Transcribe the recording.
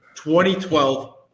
2012